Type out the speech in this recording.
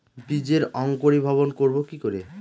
বীজের অঙ্কোরি ভবন করব কিকরে?